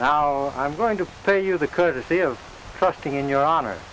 think i'm going to pay you the courtesy of trusting in your honor